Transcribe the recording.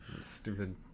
stupid